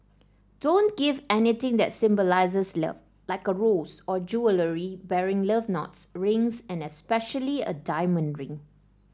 don't give anything that symbolises love like a rose or jewellery bearing love knots rings and especially a diamond ring